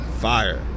fire